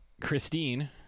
Christine